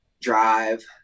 drive